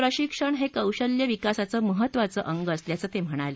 प्रशिक्षण हे कौशल्य विकासाचं महत्त्वाचं अंग असल्याचं ते म्हणाले